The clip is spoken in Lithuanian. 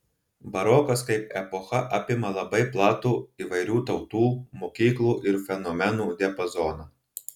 barokas kaip epocha apima labai platų įvairių tautų mokyklų ir fenomenų diapazoną